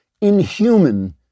inhuman